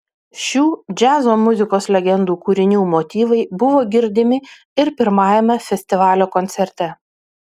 šių džiazo muzikos legendų kūrinių motyvai buvo girdimi ir pirmajame festivalio koncerte